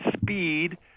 speed